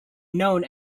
known